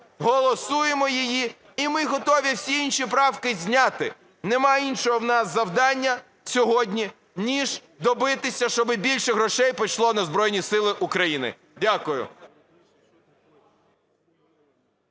голосуємо її – і ми готові всі інші правки зняти. Немає іншого в нас завдання сьогодні ніж добитися, щоб більше грошей пішло на Збройні Сили України. Дякую.